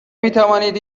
میتوانید